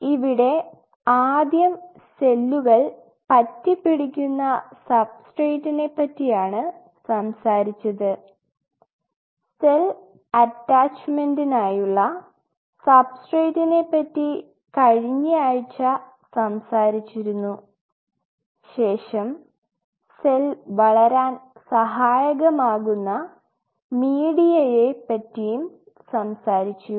ഇവിടെ ആദ്യം സെല്ലുകൾ പറ്റിപ്പിടിക്കുന്ന സബ്സ്ട്രേറ്റ്റ്റിനെ പറ്റിയാണ് സംസാരിച്ചത് സെൽ അറ്റാച്ചുമെന്റിനായുള്ള സബ്സ്ട്രേറ്റ്റ്റിനെ പറ്റി കഴിഞ്ഞ ആഴ്ച്ച സംസാരിച്ചിരുന്നു ശേഷം സെൽ വളരാൻ സഹായകമാക്കുന്ന മീഡിയത്തെ പറ്റിയും സംസാരിച്ചു